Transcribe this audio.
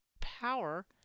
power